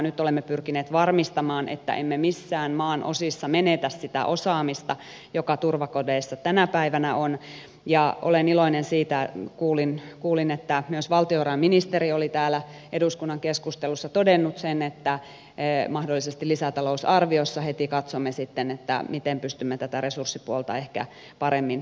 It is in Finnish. nyt olemme pyrkineet varmistamaan että emme missään maan osissa menetä sitä osaamista joka turvakodeissa tänä päivänä on ja olen iloinen siitä kun kuulin että myös valtiovarainministeri oli täällä eduskunnan keskustelussa todennut sen että mahdollisesti lisätalousarviossa heti katsomme sitten miten pystymme tätä resurssipuolta ehkä paremmin huomioimaan